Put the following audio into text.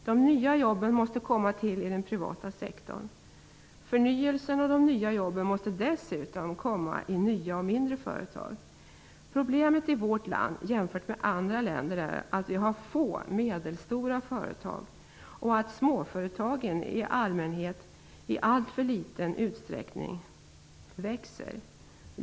De nya jobben måste skapas i den privata sektorn. Förnyelsen och de nya jobben måste dessutom skapas i nya och mindre företag. Problemet i vårt land jämfört med andra länder är att vi har få medelstora företag och att småföretagen i allmänhet i alltför liten utsträckning växer.